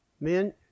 Men